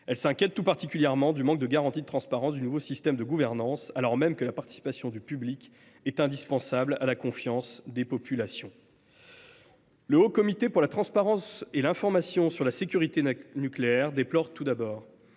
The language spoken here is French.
Elle s’inquiète tout particulièrement du manque de garanties de transparence du nouveau système de gouvernance, alors même que la participation du public est indispensable à la confiance des populations. Le Haut Comité pour la transparence et l’information sur la sécurité nucléaire déplore « la